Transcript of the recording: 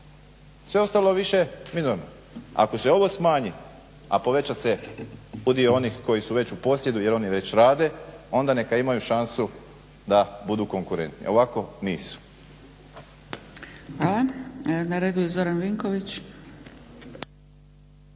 sve ostalo više minorno. Ako se ovo smanji, a poveća se udio onih koji su već u posjedu jer oni već rade, onda neka imaju šansu da budu konkurentni, ovako nisu. **Zgrebec, Dragica